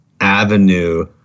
avenue